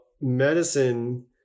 medicine